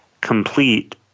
complete